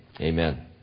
amen